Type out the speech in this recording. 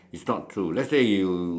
it's not true let's say you